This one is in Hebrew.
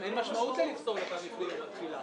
אין משמעות לפסול אותם לפני יום התחילה,